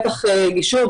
בטח גישור,